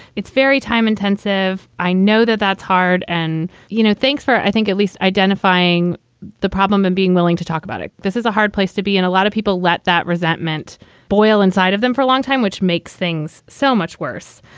it's very time intensive. i know that that's hard and you know, thanks for it. i think at least identifying the problem and being willing to talk about it. this is a hard place to be in. a lot of people let that resentment boil inside of them for a long time, which makes things so much worse.